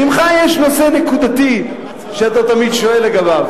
ממך יש נושא נקודתי שאתה תמיד שואל לגביו.